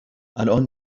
الان